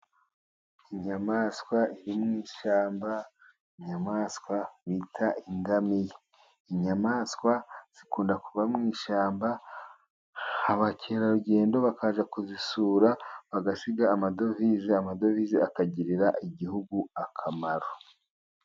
Inyamaswa iri mu ishyamba. Inyamaswa bita ingamiya. Inyamaswa zikunda kuba mu ishyamba, abakerarugendo bakaza kuzisura bagasiga amadovize. Amadovize akagirira igihugu akamaro.